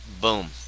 boom